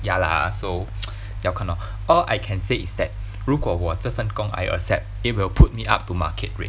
ya lah so 要看 lor all I can say is that 如果我这份工 I accept it will put me up to market rate